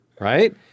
Right